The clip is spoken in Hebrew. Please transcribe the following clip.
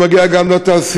הוא מגיע גם לתעשייה.